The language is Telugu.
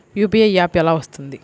యూ.పీ.ఐ యాప్ ఎలా వస్తుంది?